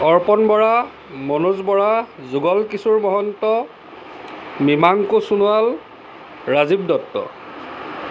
অৰ্পণ বৰা মনোজ বৰা যুগল কিশোৰ মহন্ত মীমাংকু সোণোৱাল ৰাজীৱ দত্ত